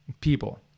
people